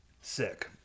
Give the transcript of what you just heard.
Sick